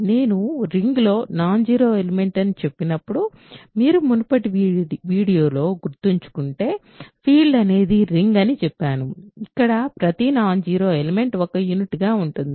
నేను రింగ్లో non zero elements అని చెప్పినప్పుడు మీరు మునుపటి వీడియోలో గుర్తుంచుకుంటే ఫీల్డ్ అనేది రింగ్ అని చెప్పాను ఇక్కడ ప్రతి నాన్ జీరో ఎలిమెంట్ ఒక యూనిట్గా ఉంటుంది